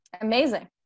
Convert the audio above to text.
Amazing